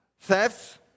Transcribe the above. thefts